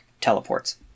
Teleports